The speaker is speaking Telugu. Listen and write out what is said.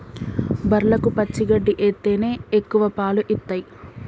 బర్లకు పచ్చి గడ్డి ఎత్తేనే ఎక్కువ పాలు ఇత్తయ్